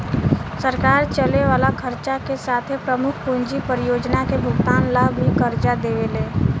सरकार चले वाला खर्चा के साथे प्रमुख पूंजी परियोजना के भुगतान ला भी कर्ज देवेले